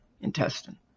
intestine